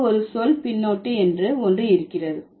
பிறகு ஒரு சொல் பின்னொட்டு என்று ஒன்று இருக்கிறது